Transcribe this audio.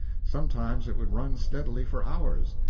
sometimes it would run steadily for hours,